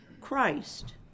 Christ